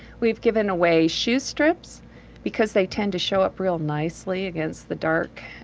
we've given away shoes strips because they tend to show up real nicely against the dark.